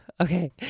Okay